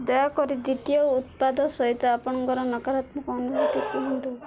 ଦୟାକରି ଦ୍ୱିତୀୟ ଉତ୍ପାଦ ସହିତ ଆପଣଙ୍କର ନକାରାତ୍ମକ ଅନୁଭୂତି କୁହନ୍ତୁ